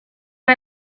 hai